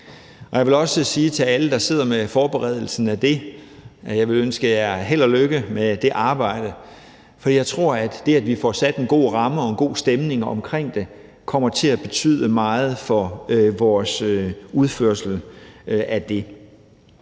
jeg vil også sige til alle, der sidder med forberedelsen af det, at jeg vil ønske jer held og lykke med det arbejde, for jeg tror, at det, at vi får sat en god ramme og en god stemning omkring det, kommer til at betyde meget for vores udførelse af det.